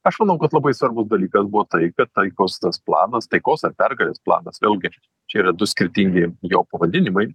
aš manau kad labai svarbus dalykas buvo tai kad taikos tas planas taikos ar pergalės planas vėlgi čia yra du skirtingi jo pavadinimai